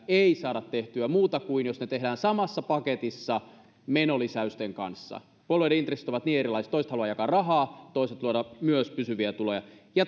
ei saa tehtyä muuten kuin jos ne tehdään samassa paketissa menolisäysten kanssa puolueiden intressit ovat niin erilaiset toiset haluavat jakaa rahaa toiset luoda myös pysyviä tuloja